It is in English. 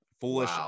foolish